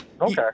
Okay